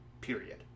period